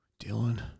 Dylan